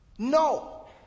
No